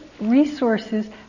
resources